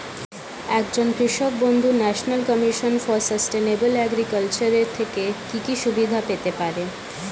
একজন কৃষক বন্ধু national commission for sustainable agriculture এর থেকে কি কি সুবিধা পেতে পারে?